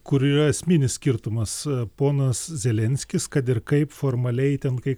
kur yra esminis skirtumas ponas zelenskis kad ir kaip formaliai ten kai